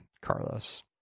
Carlos